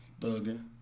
thugging